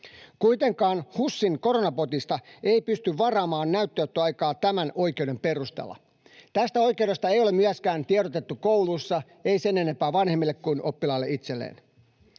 Kuitenkaan HUSin Koronabotista ei pysty varaamaan näytteenottoaikaa tämän oikeuden perusteella. Tästä oikeudesta ei ole myöskään tiedotettu kouluissa, ei sen enempää vanhemmille kuin oppilaalle itselleen.